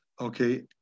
Okay